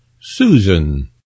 Susan